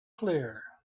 clear